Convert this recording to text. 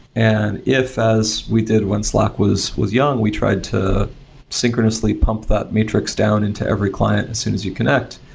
and if, as we did when slack was was young, we tried to synchronously pump that matrix down into every client as soon as you connect,